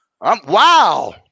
Wow